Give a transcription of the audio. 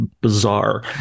bizarre